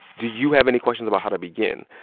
do you have any questions about how to begin?